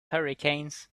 hurricanes